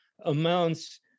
amounts